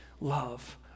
love